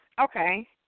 okay